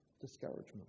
discouragement